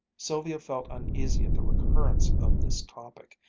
sylvia felt uneasy at the recurrence of this topic,